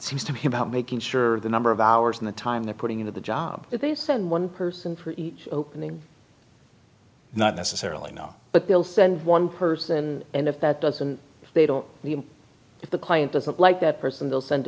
seems to be about making sure the number of hours and the time they're putting into the job that they send one person for each opening not necessarily no but they'll send one person and if that doesn't they don't if the client doesn't like that person they'll send